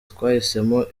twahisemo